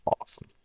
awesome